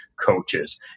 Coaches